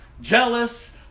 jealous